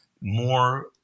more